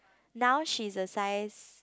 now she's a size